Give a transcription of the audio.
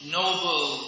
noble